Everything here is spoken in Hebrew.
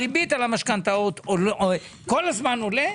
הריבית על המשכנתאות כל הזמן עולה,